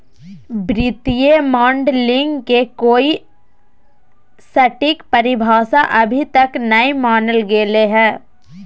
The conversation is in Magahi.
वित्तीय मॉडलिंग के कोई सटीक परिभाषा अभी तक नय मानल गेले हें